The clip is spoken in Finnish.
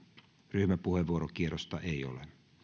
ryhmäpuheenvuorokierrosta ei ole